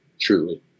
truly